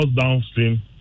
downstream